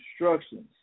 instructions